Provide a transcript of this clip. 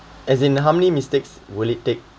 as in how many mistakes will it take